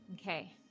Okay